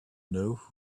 know